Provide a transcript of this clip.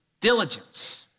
Diligence